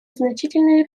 значительные